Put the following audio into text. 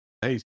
hey